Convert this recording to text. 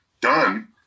done